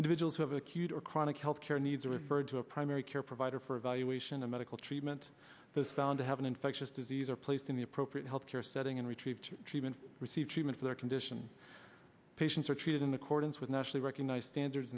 individuals who have acute or chronic health care needs are referred to a primary care provider for evaluation a medical treatment the sound to have an infectious disease are placed in the appropriate health care setting and retrieve treatment receive treatment for their condition patients are treated in accordance with nationally recognized standards